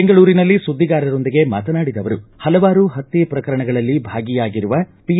ಬೆಂಗಲೂರಿನಲ್ಲಿ ಸುದ್ದಿಗಾರರೊಂದಿಗೆ ಮಾತನಾಡಿದ ಅವರು ಹಲವಾರು ಪತ್ತೆ ಶ್ರಕರಣಗಳಲ್ಲಿ ಭಾಗಿಯಾಗಿರುವ ಪಿ